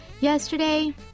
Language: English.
Yesterday